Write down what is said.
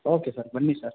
okay sir ಬನ್ನಿ sir